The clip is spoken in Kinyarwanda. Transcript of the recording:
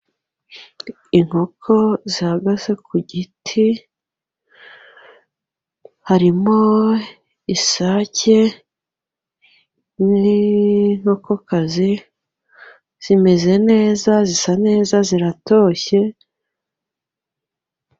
Inkoko zihagaze ku giti harimo isake n'kokokazi zimeze neza zisa neza ziratoshye.